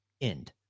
end